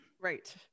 Right